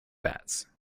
bats